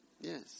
Yes